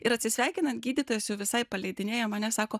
ir atsisveikinant gydytojas jau visai paleidinėja mane sako